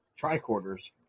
tricorders